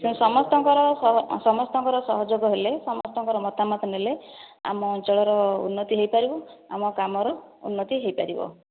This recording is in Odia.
ସମସ୍ତଙ୍କର ସହ ସମସ୍ତଙ୍କର ସହଯୋଗ ହେଲେ ସମସ୍ତଙ୍କର ମତାମତ ନେଲେ ଆମ ଅଞ୍ଚଳର ଉନ୍ନତି ହୋଇପାରିବ ଆମ କାମର ଉନ୍ନତି ହୋଇପାରିବ